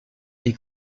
est